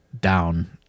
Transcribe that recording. down